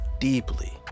deeply